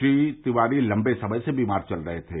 श्री तिवारी लम्बे समय से बीमार चल रहे थे